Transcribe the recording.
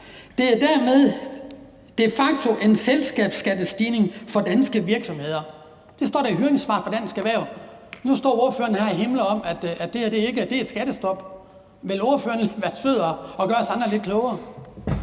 det »dermed er en de facto selskabsskattestigning for danske virksomheder«. Det står der i høringssvaret fra Dansk Erhverv. Nu står ordføreren her og himler op om, at det her er et skattestop. Vil ordføreren være sød at gøre os andre lidt klogere?